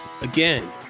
Again